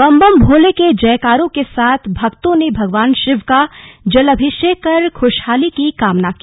बम बम भोले के जयकारों के साथ भक्तों ने भगवान शिव का जलाभिषेक कर खुशहाली की कामना की